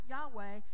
Yahweh